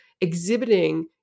exhibiting